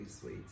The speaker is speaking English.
sweet